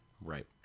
Right